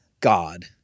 God